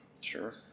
Sure